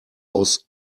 aus